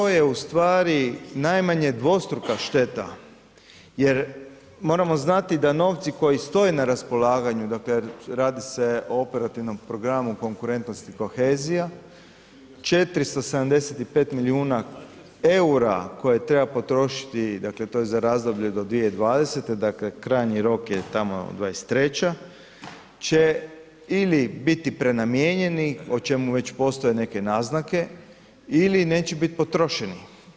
Pa to je ustvari najmanje dvostruka šteta jer moramo znati da novci koji stoje na raspolaganju, dakle radi se o Operativnom programu Konkurentnost i kohezija, 475 milijuna eura koje treba potrošiti dakle to je za razdoblje do 2020. krajnji rok je tamo 2023. će ili biti prenamijenjeni, o čemu već postoje neke naznake ili neće biti potrošeni.